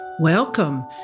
Welcome